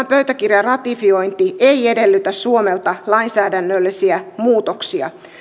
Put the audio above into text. pöytäkirjan ratifiointi ei edellytä suomelta lainsäädännöllisiä muutoksia